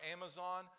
Amazon